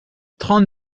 trente